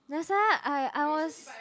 that's why I I was